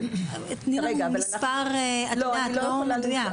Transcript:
תני לנו מספר לא מדויק.